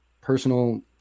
personal